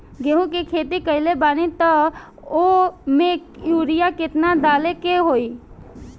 गेहूं के खेती कइले बानी त वो में युरिया केतना डाले के होई?